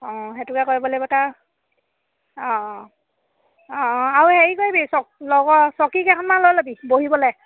অঁ সেইটোকে কৰিব লাগিব তাৰ অঁ অঁ অঁ অঁ আৰু হেৰি কৰিবি চক লগৰ চকী কেইখনমান লৈ ল'বি বহিবলৈ